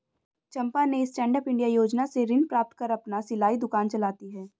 चंपा ने Stand Up India योजना से ऋण प्राप्त कर अपना सिलाई दुकान चलाती है